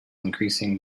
increasing